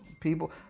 people